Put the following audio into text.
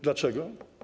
Dlaczego?